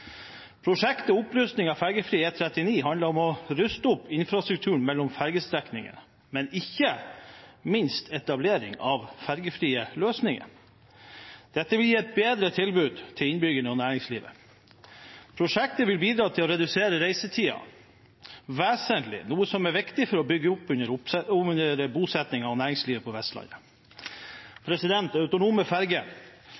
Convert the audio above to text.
Prosjektet Opprustet og ferjefri E39 handler om å ruste opp infrastrukturen mellom ferjestrekninger, men ikke minst også om etablering av ferjefrie løsninger. Dette vil gi et bedre tilbud til innbyggerne og næringslivet. Prosjektet vil bidra til å redusere reisetiden vesentlig, noe som er viktig for å bygge opp under bosettingen og næringslivet på Vestlandet.